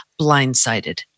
blindsided